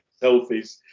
selfies